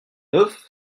neuf